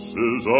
Says